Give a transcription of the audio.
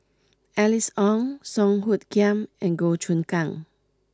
Alice Ong Song Hoot Kiam and Goh Choon Kang